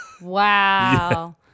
Wow